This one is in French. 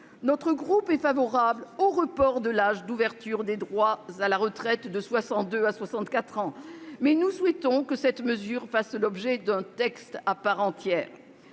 Notre groupe est favorable au report de l'âge d'ouverture des droits à la retraite de 62 à 64 ans, mais nous souhaitons que cette mesure fasse l'objet d'un texte à part entière.